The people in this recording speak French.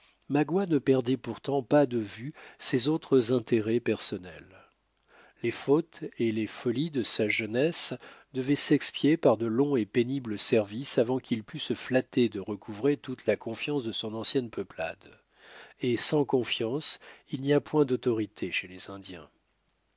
magua ne perdait pourtant pas de vue ses autres intérêts personnels les fautes et les folies de sa jeunesse devaient s'expier par de longs et pénibles services avant qu'il pût se flatter de recouvrer toute la confiance de son ancienne peuplade et sans confiance il n'y a point d'autorité chez les indiens